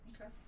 Okay